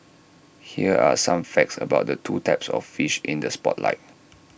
here are some facts about the two types of fish in the spotlight